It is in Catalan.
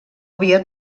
havia